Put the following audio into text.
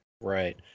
right